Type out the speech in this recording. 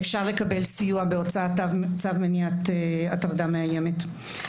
אפשר לקבל סיוע בהוצאת צו מניעת הטרדה מאיימת.